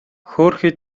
хөөрхий